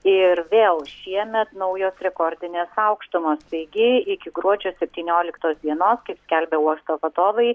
ir vėl šiemet naujos rekordinės aukštumos taigi iki gruodžio septynioliktos dienos kaip skelbia uosto vadovai